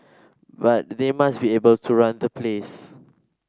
but they must be able to run the place